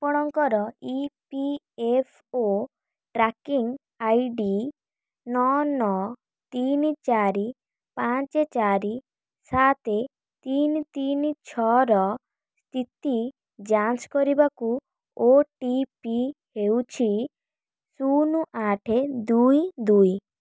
ଆପଣଙ୍କର E P F O tracking I D ନଅ ନଅ ତିନି ଚାରି ପାଞ୍ଚ ଚାରି ସାତ ତିନି ତିନି ଛଅର ସ୍ଥିତି ଯାଞ୍ଚ କରିବାକୁ ଓ ଟି ପି ହେଉଛି ଶୂନ ଆଠ ଦୁଇ ଦୁଇ